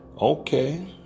Okay